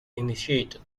initiated